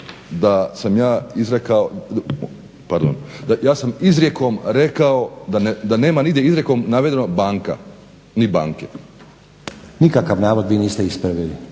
da sam ja izrekao, pardon ja sam izrijekom rekao da nema nigdje izrijekom navedeno banka ni banke. **Stazić, Nenad (SDP)** Nikakav navod vi niste ispravili.